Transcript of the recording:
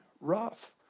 rough